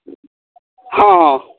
हँ हँ